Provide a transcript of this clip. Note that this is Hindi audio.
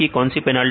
कौन सी पेनाल्टी